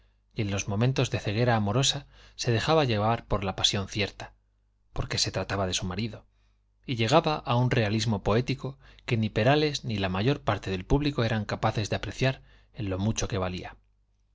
en los momentos de ceguera amorosa se dejaba llevar por la pasión cierta porque se trataba de su marido y llegaba a un realismo poético que ni perales ni la mayor parte del público eran capaces de apreciar en lo mucho que valía